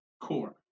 core